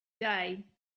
day